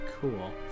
Cool